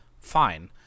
Fine